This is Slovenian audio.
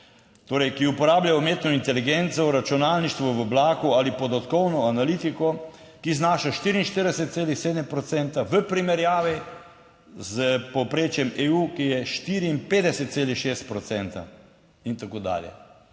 torej, ki uporabljajo umetno inteligenco, računalništvo v oblaku ali podatkovno analitiko, ki znaša 44,7 procenta v primerjavi s povprečjem EU, ki je 54,6 procenta in tako dalje.